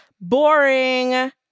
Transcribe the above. Boring